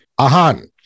Ahan